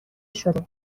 شده